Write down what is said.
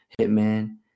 Hitman